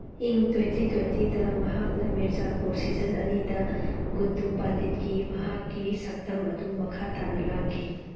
ꯏꯪ ꯇ꯭ꯋꯦꯟꯇꯤ ꯇ꯭ꯋꯦꯟꯇꯤꯗ ꯃꯍꯥꯛꯅ ꯃꯤꯔꯖꯥꯄꯨꯔ ꯁꯤꯖꯟ ꯑꯅꯤꯗ ꯒꯨꯗꯗꯨ ꯄꯟꯗꯤꯠꯀꯤ ꯃꯍꯥꯛꯀꯤ ꯁꯛꯇꯝ ꯑꯗꯨ ꯃꯈꯥ ꯇꯥꯅ ꯂꯥꯡꯈꯤ